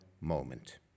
moment